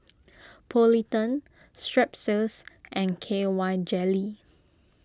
Polident Strepsils and K Y Jelly